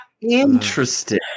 Interesting